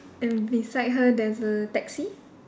and beside her there's a taxi